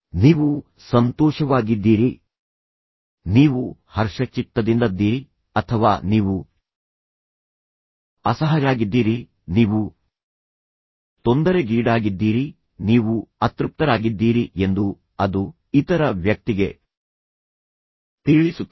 ನೀವು ಸಂತೋಷವಾಗಿದ್ದೀರಿ ನೀವು ಹರ್ಷಚಿತ್ತದಿಂದದ್ದೀರಿ ಅಥವಾ ನೀವು ಅಸಹಜರಾಗಿದ್ದೀರಿ ನೀವು ತೊಂದರೆಗೀಡಾಗಿದ್ದೀರಿ ನೀವು ಅತೃಪ್ತರಾಗಿದ್ದೀರಿ ಎಂದು ಅದು ಇತರ ವ್ಯಕ್ತಿಗೆ ತಿಳಿಸುತ್ತದೆ